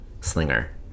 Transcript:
slinger